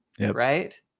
Right